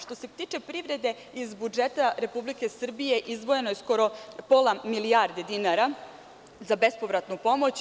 Što se tiče privrede iz budžeta Republike Srbije izdvojeno je skoro pola milijarde dinara za bespovratnu pomoć.